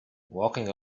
walking